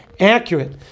Accurate